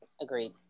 Agreed